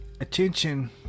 attention